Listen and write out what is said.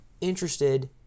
interested